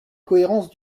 cohérence